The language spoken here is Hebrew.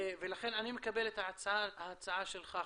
ולכן אני מקבל את ההצעה שלך,